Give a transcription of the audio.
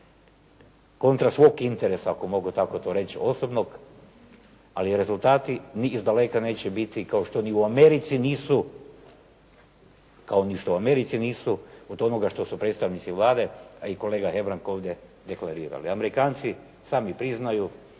kontra svog interesa ako mogu tako to reći osobnog, ali rezultati ni izdaleka neće biti kao što ni u Americi nisu od onoga što su predstavnici Vlade, a i kolega Hebrang ovdje deklarirali. Amerikanci sami priznaju